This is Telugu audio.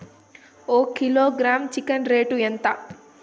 ఒక కిలోగ్రాము చికెన్ రేటు ఎంత?